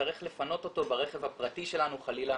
נצטרך לפנות אותו ברכב הפרטי שלנו חלילה